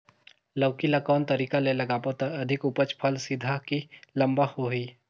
लौकी ल कौन तरीका ले लगाबो त अधिक उपज फल सीधा की लम्बा होही?